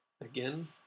again